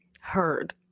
Heard